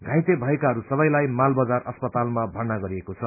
घाइते भएकाहरू सबैलाई माल बजार अस्पतालमा भर्ना गराइएको छ